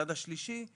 שוב, הסתייגות מדעית,